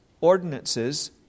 ordinances